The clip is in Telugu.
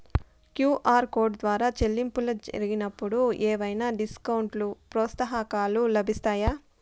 క్యు.ఆర్ కోడ్ ద్వారా చెల్లింపులు జరిగినప్పుడు ఏవైనా డిస్కౌంట్ లు, ప్రోత్సాహకాలు లభిస్తాయా?